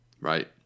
Right